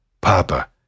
Papa